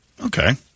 Okay